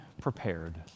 prepared